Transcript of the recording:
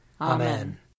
Amen